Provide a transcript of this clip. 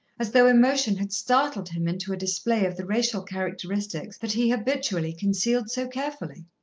as though emotion had startled him into a display of the racial characteristics that he habitually concealed so carefully.